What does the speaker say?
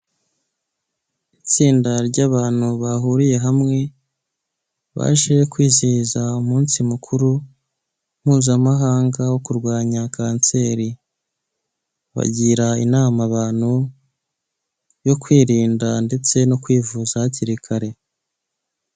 Itsinda ry'abantu bahuriye hamwe baje kwizihiza umunsi mukuru mpuzamahanga wo kurwanya kanseri bagira inama abantu yo kwirinda ndetse no kwivuza hakiri kare.